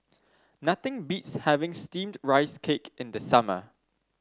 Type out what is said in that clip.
nothing beats having steamed Rice Cake in the summer